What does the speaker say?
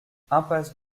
impasse